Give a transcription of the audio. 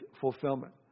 fulfillment